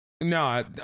No